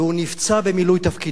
והוא נפצע במילוי תפקידו.